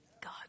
God